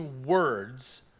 words